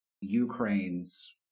Ukraine's